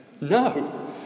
No